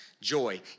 joy